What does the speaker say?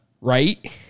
Right